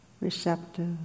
receptive